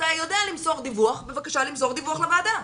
אתה יודע למסור דיווח, בבקשה למסור דיווח לוועדה.